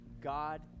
God